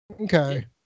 Okay